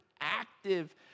active